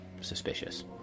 suspicious